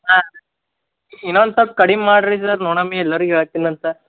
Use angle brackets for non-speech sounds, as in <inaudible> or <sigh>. ಹಾಂ ಇನ್ನೊಂದು ಸ್ವಲ್ಪ ಕಡಿಮೆ ಮಾಡಿರಿ <unintelligible> ನೋಡಮ್ಮಿ ಎಲ್ಲರ್ಗೂ ಹೇಳ್ತೀನಂತೆ